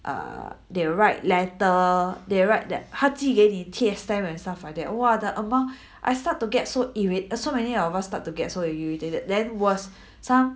err they write letter they write that 他寄给你贴 stamp and stuff like that !wah! the amount I start to get so irri~ so many of us start to get so irritated then worse some